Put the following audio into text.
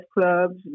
clubs